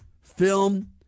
film